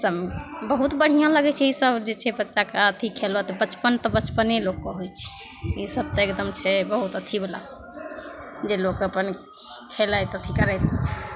सब बहुत बढ़िआँ लागै छै ईसब जे छै बच्चाके अथी खेलऽ तऽ बचपन तऽ बचपने लोकके होइ छै ईसब तऽ छै बहुत एकदम अथीवला जे लोक अपन खेलैत अपन अथी करैत